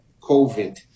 COVID